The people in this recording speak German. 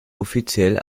offiziell